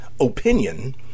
opinion